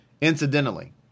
Incidentally